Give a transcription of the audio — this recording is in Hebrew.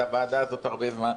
הוועדה הזאת הרבה זמן.